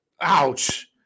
Ouch